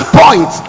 point